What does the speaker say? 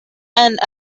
and